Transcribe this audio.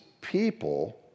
people